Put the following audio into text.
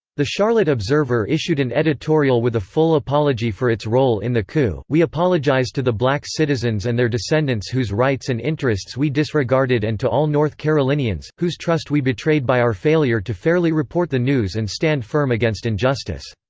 the charlotte observer issued an editorial with a full apology for its role in the coup we apologize to the black citizens and their descendants whose rights and interests we disregarded and to all north carolinians, whose trust we betrayed by our failure to fairly report the news and stand firm against injustice.